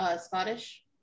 Scottish